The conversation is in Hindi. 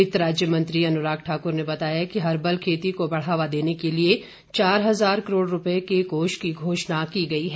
वित्त राज्य मंत्री अनुराग ठाक्र ने बताया कि हर्बल खेती को बढ़ावा देने के लिए चार हजार करोड रूपये के कोष की घोषणा की गई है